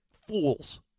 fools